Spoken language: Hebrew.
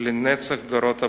לנצח לדורות הבאים.